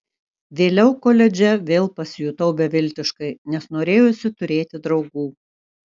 vėliau koledže vėl pasijutau beviltiškai nes norėjosi turėti draugų